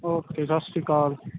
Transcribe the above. okay ਸਤਿ ਸ਼੍ਰੀ ਅਕਾਲ